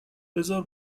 بذار